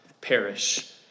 perish